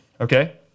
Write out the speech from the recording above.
okay